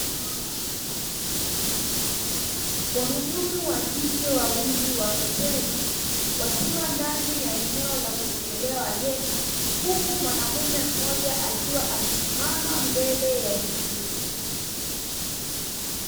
Wahudumu wakike wawili wa hoteli wakiwa ndani ya eneo la kupokelea wageni, Huku mwanaume Mmoja akiwa amesimama mbele ya eneo hilo.